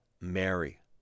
Mary